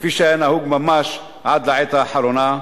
כפי שהיה נהוג ממש עד לעת האחרונה,